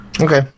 Okay